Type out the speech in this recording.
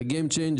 זה game changer,